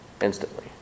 instantly